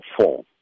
four